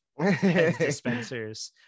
dispensers